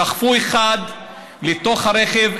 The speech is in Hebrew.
דחפו אחד לתוך הרכב,